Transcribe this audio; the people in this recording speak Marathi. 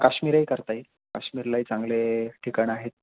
काश्मीरही करता येईल काश्मीरलाही चांगले ठिकाणं आहेत